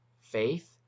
faith